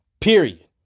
Period